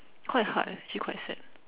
quite hard eh actually quite sad